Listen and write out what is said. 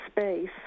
space